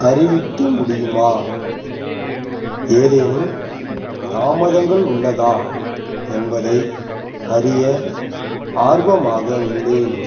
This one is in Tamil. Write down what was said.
அறிவிக்க முடியுமா ஏதேனும் தாமதங்கள் உள்ளதா என்பதை அறிய ஆர்வமாக உள்ளேன்